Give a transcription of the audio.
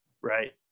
right